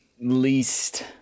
Least